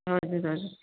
हजुर हजुर